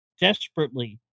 desperately